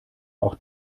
auch